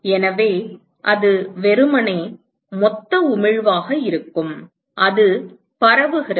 எனவே அது வெறுமனே மொத்த உமிழ்வாக இருக்கும் அது பரவுகிறது